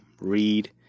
read